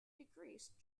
decreased